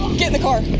get in the car.